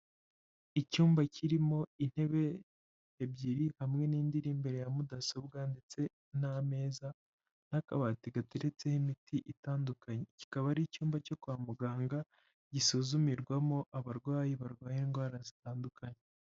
Icyumba kirimo intebe ebyiri hamwe n'indi iri imbere ya mudasobwa ndetse n'ameza n'akabati gateretseho imiti itandukanye, kikaba ari icyumba cyo kwa muganga, gisuzumirwamo abarwayi barwaye indwara zitandukanye.